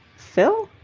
phil?